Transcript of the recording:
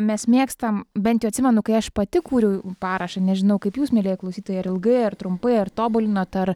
mes mėgstam bent jau atsimenu kai aš pati kūriau parašą nežinau kaip jūs mielieji klausytojai ar ilgai ar trumpai ar tobulinot ar